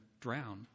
drown